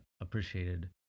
appreciated